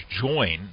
join